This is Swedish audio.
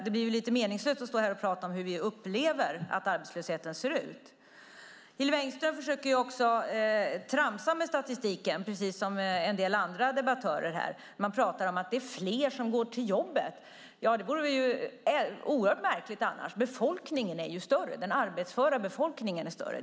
Det blir lite meningslöst att stå här och prata om hur vi upplever att arbetslösheten ser ut. Hillevi Engström försöker också tramsa med statistiken precis som en del andra debattörer här. Man pratar om att det är fler som går till jobbet. Det vore oerhört märkligt annars; befolkningen är ju större! Den arbetsföra befolkningen är större.